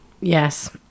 Yes